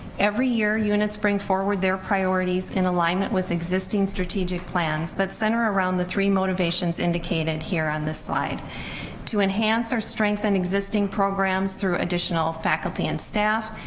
every year units bring forward their priorities in alignment with existing strategic plans that center around the three motivations indicated here on this slide to enhance our strengths and existing programs through additional faculty and staff,